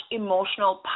emotional